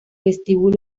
vestíbulo